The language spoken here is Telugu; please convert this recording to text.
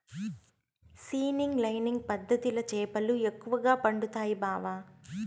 సీనింగ్ లైనింగ్ పద్ధతిల చేపలు ఎక్కువగా పడుతండాయి బావ